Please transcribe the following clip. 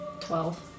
Twelve